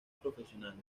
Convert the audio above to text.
profesionales